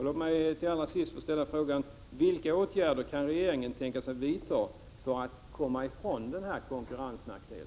Låt mig allra sist få fråga: Vilka åtgärder kan regeringen tänka sig att vidta för att man skall komma ifrån denna konkurrensnackdel?